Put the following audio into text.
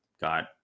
got